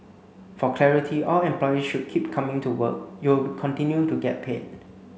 for clarity all employees should keep coming to work you will continue to get paid